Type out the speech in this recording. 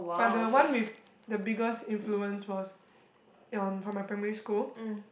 but the one with the biggest influence was um from my primary school